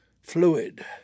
fluid